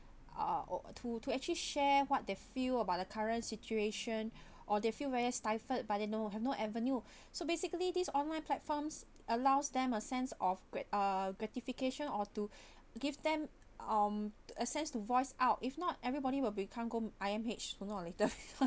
uh oh to to actually share what they feel about the current situation or they feel very stifled but they know have no avenue so basically this online platforms allows them a sense of grat~ uh gratification or to give them um access to voice out if not everybody will become go I_M_H sooner or later